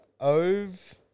Ove